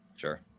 Sure